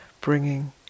bringing